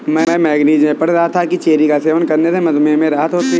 मैं मैगजीन में पढ़ रहा था कि चेरी का सेवन करने से मधुमेह से राहत मिलती है